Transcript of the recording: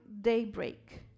daybreak